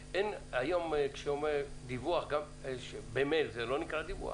--- היום, דיווח במייל זה לא נקרא דיווח?